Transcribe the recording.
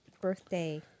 birthday